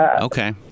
Okay